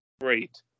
great